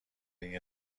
این